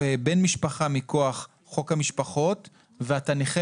בן משפחה מכוח חוק המשפחות ואתה נכה